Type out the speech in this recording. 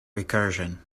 recursion